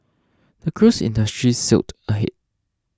the cruise industry sailed ahead